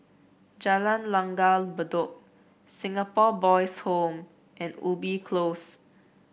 Jalan Langgar Bedok Singapore Boys' Home and Ubi Close